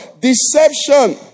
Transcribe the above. Deception